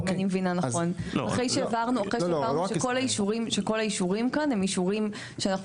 אחרי שהבהרנו שכל האישורים כאן זה אישורים שאנחנו